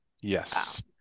Yes